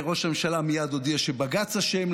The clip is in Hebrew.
ראש הממשלה מייד הודיע שבג"ץ אשם,